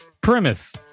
Premise